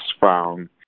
found